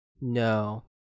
No